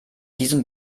diesem